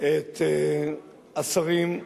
את השרים,